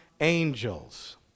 angels